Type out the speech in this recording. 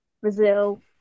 Brazil